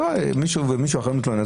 ומישהו אחר מתלונן,